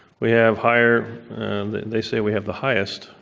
we have higher they say we have the highest,